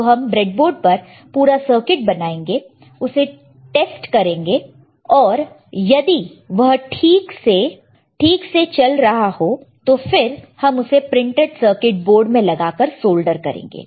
तो हम ब्रेडबोर्ड पर पूरा सर्किट बनाएंगे उसे टेस्ट करेंगे और यदि वह ठीक से चल रहा हो तो फिर हम उसे प्रिंटेड सर्किट बोर्ड में लगाकर सोल्डर करेंगे